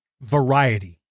variety